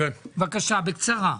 בבקשה בקצרה.